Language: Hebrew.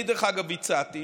אני, דרך אגב, הצעתי